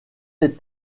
des